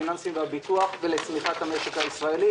הפיננסים והביטוח ולצמיחת המשק הישראלי.